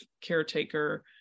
caretaker